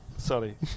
Sorry